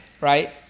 right